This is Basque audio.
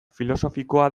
filosofikoa